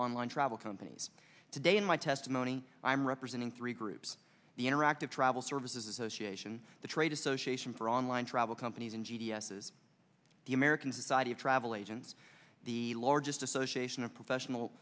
online travel companies today in my testimony i am representing three groups the interactive travel services association the trade association for online travel companies and g d s is the american society of travel agents the largest association of